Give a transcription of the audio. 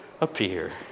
appear